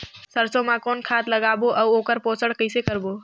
सरसो मा कौन खाद लगाबो अउ ओकर पोषण कइसे करबो?